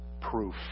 Proof